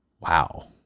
Wow